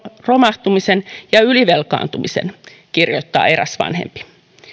romahtamisen ja ylivelkaantumisen kirjoittaa eräs vanhempi